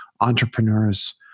entrepreneurs